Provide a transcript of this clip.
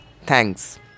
Thanks